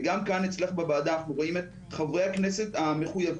וגם כאן אצלך בוועדה אנחנו רואים את חברי הכנסת המחויבים.